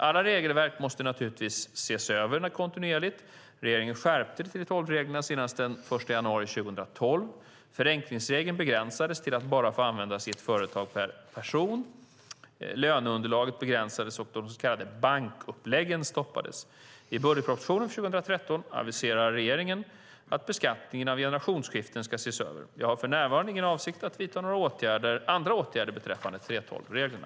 Alla regelverk måste naturligtvis ses över kontinuerligt. Regeringen skärpte 3:12-reglerna senast den 1 januari 2012. Förenklingsregeln begränsades till att bara få användas i ett företag per person, löneunderlagen begränsades och de så kallade bankuppläggen stoppades. I budgetpropositionen för 2013 aviserar regeringen att beskattningen vid generationsskiften ska ses över. Jag har för närvarande ingen avsikt att vidta några andra åtgärder beträffande 3:12-reglerna.